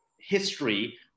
history